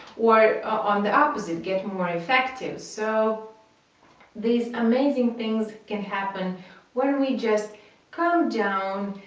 or on the opposite get more effective! so these amazing things can happen when we just come down,